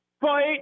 Fight